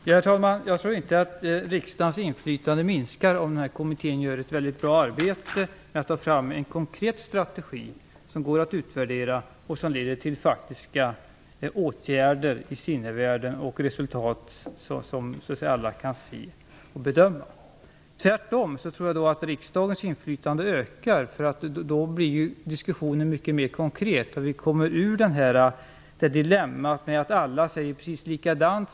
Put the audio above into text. Herr talman! Jag tror inte att riksdagens inflytande minskar på grund av att den här kommittén skulle göra ett mycket bra arbete för att ta fram en konkret strategi som kan utvärderas och som leder till faktiska åtgärder i sinnevärlden och resultat som alla kan se och bedöma. Tvärtom tror jag att riksdagens inflytande då ökar, eftersom diskussionen då blir mycket mer konkret. Vi kommer ut ur dilemmat att alla säger likadant.